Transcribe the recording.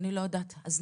אני לא יודעת, הזנחה,